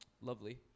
lovely